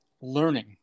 learning